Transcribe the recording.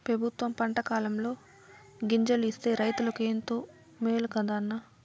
పెబుత్వం పంటకాలంలో గింజలు ఇస్తే రైతులకు ఎంతో మేలు కదా అన్న